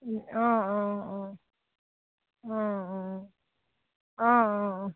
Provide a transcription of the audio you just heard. অঁ অঁ অঁ অঁ অঁ অঁ অঁ অঁ